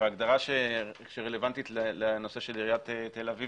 ההגדרה שרלוונטית לנושא של עיריית תל אביב